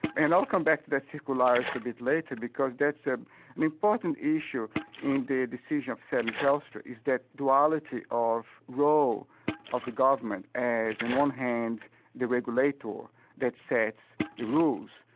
and i'll come back to that circularity a bit later because that's ah an important issue in the decision of selling telstra, is that duality of role of the government, as on and one hand the regulator that sets the rules,